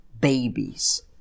babies